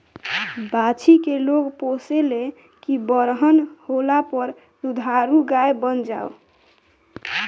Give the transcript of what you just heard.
बाछी के लोग पोसे ले की बरहन होला पर दुधारू गाय बन जाओ